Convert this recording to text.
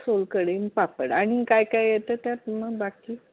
सोलकढी आणि पापड आणि काय काय येतं त्यात मग बाकी